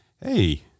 hey